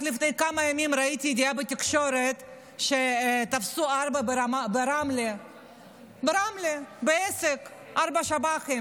רק לפני כמה ימים ראיתי ידיעה בתקשורת שתפסו ארבעה שב"חים בעסק ברמלה.